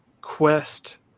quest